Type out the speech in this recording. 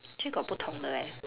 actually got 不同的 leh